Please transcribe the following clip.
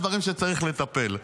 ואלה הדברים שצריך לטפל בהם.